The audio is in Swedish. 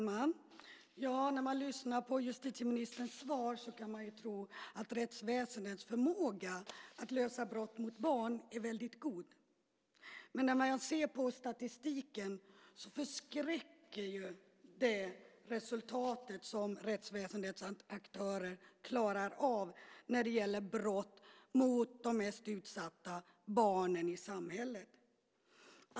Herr talman! När man lyssnar på justitieministerns svar kan man tro att rättsväsendets förmåga att lösa brott mot barn är väldigt god. Men när jag ser på statistiken förskräcker det resultat som rättsväsendets aktörer klarar av när det gäller brott mot de mest utsatta, barnen i samhället.